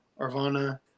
Arvana